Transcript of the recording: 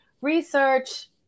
research